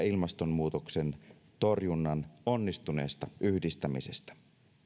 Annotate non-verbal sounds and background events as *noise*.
*unintelligible* ilmastonmuutoksen torjunnan onnistuneesta yhdistämisestä